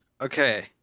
Okay